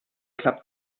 klappt